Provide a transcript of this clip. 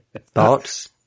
Thoughts